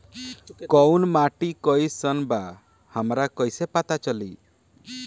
कोउन माटी कई सन बा हमरा कई से पता चली?